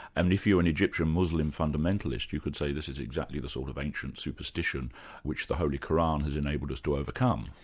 and if you're an egyptian muslim fundamentalist, you could say this is exactly the sort of ancient superstition which the holy qu'ran has enabled us to overcome.